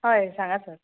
हय सांगां सर